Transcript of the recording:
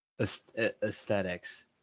aesthetics